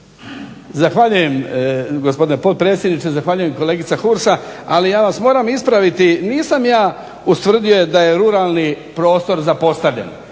Zahvaljujem, gospodine potpredsjedniče. Zahvaljujem kolegica Hursa, ali ja vas moram ispraviti. Nisam ja ustvrdio da je ruralni prostor zapostavljen,